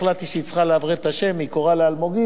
אני החלטתי שהיא צריכה לעברת את השם מקורל לאלמוגית,